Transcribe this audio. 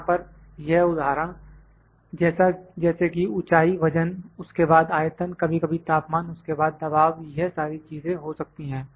यहां पर यह उदाहरण जैसे कि ऊंचाई वजन उसके बाद आयतन कभी कभी तापमान उसके बाद दबाव यह सारी चीजें हो सकती हैं